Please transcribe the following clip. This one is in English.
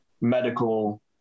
medical